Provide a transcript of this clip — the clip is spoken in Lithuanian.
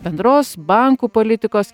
bendros bankų politikos